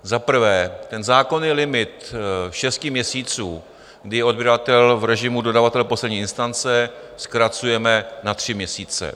Za prvé ten zákon je limit šesti měsíců, kdy odběratel v režimu dodavatele poslední instance zkracujeme na tři měsíce.